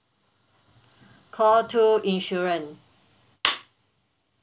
call two insurance